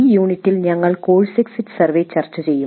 ഈ യൂണിറ്റിൽ ഞങ്ങൾ കോഴ്സ് എക്സിറ്റ് സർവേ ചർച്ച ചെയ്യും